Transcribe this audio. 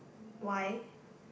why